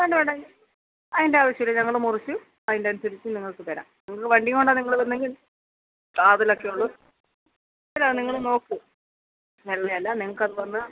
വേണ്ട വേണ്ട അതിൻ്റെ ആവശ്യമില്ല ഞങ്ങൾ മുറിച്ച് അതിൻ്റെ അനുസരിച്ച് നിങ്ങൾക്കു തരാം നിങ്ങൾക്ക് വണ്ടിയും കൊണ്ടാണ് നിങ്ങൾ വരുന്നതെങ്കിൽ കാതലൊക്കെ ഉള്ള അല്ല നിങ്ങൾ നോക്കൂ നല്ലയല്ല നിങ്ങൾക്കത് വന്ന്